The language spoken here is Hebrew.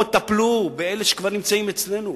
בואו וטפלו באלה שכבר נמצאים אצלנו.